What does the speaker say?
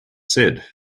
said